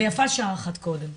ויפה שעה אחת קודם.